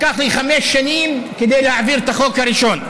לקח לי חמש שנים להעביר את החוק הראשון,